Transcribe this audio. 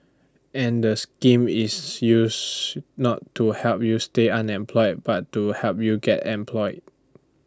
and the scheme is used not to help you stay unemployed but to help you get employed